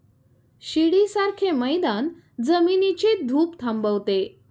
शिडीसारखे मैदान जमिनीची धूप थांबवते